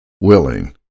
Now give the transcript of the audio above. willing